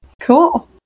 Cool